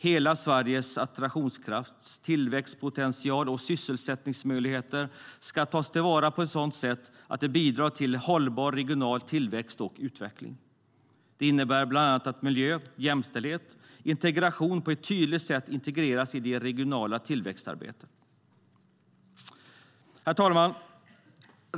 Hela Sveriges attraktionskraft, tillväxtpotential och sysselsättningsmöjligheter ska tas till vara på ett sådant sätt att det bidrar till hållbar regional tillväxt och utveckling. Det innebär bland annat att miljö, jämställdhet och integration på ett tydligt sätt integreras i det regionala tillväxtarbetet. Herr talman!